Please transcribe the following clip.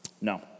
No